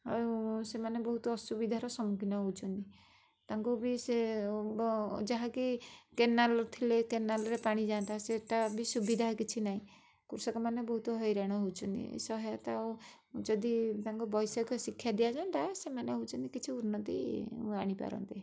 ଆଉ ସେମାନେ ବହୁତ ଅସୁବିଧାର ସମ୍ମୁଖୀନ ହେଉଛନ୍ତି ତାଙ୍କୁ ବି ସେ ଯାହାକି କେନାଲ ଥିଲେ କେନାଲରେ ପାଣି ଯାଆନ୍ତା ସେଇଟା ବି ସୁବିଧା କିଛି ନାଇଁ କୃଷକମାନେ ବହୁତ ହଇରାଣ ହେଉଛନ୍ତି ସହାୟତା ଓ ଯଦି ତାଙ୍କ ବୈଷୟିକ ଶିକ୍ଷା ଦିଆଯାଆନ୍ତା ସେମାନେ ହେଉଛନ୍ତି କିଛି ଉନ୍ନତି ଆଣିପାରନ୍ତେ